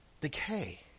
decay